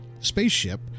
spaceship